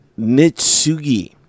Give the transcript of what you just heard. Nitsugi